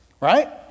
Right